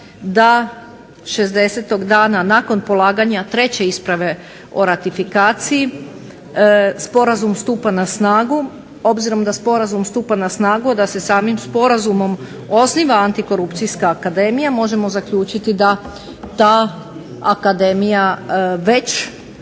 da 60. dana nakon polaganje 3. isprave o ratifikaciji sporazum stupa na snagu. Obzirom da sporazum stupa na snagu, a da se samim sporazumom osniva antikorupcijska akademija, možemo zaključiti da ta akademija već